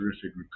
terrific